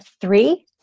three